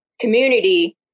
community